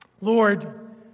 Lord